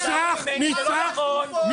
זה לא נכון.